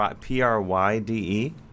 P-R-Y-D-E